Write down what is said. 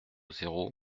zéro